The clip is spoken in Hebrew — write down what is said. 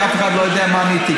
כי אף אחד לא יודע מה עניתי,